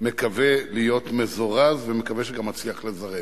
מקווה להיות מזורז, ומקווה שגם אצליח לזרז.